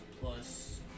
plus